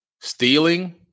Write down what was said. Stealing